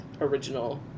original